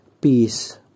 Peace